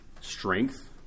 strength